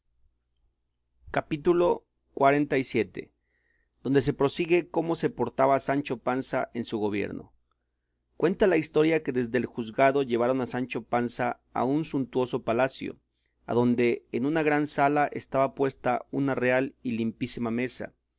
capítulo xlvii donde se prosigue cómo se portaba sancho panza en su gobierno cuenta la historia que desde el juzgado llevaron a sancho panza a un suntuoso palacio adonde en una gran sala estaba puesta una real y limpísima mesa